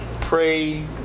pray